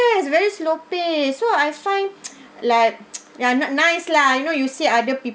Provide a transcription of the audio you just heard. is very slow pace so I find like ya not nice lah you know you see other peo~